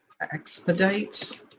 Expedite